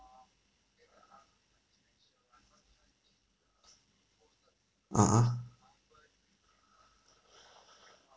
a'ah